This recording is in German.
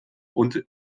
und